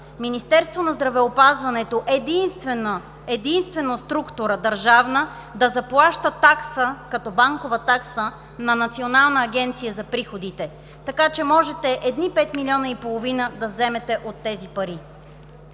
Министерството на здравеопазването, единствена държавна структура, да заплаща такса, като банкова такса, на Националната агенция за приходите. Така че можете едни 5,5 млн. лв. да вземете от тези пари.